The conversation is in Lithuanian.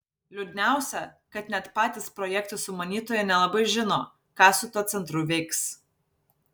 liūdniausia kad net patys projekto sumanytojai nelabai žino ką su tuo centru veiks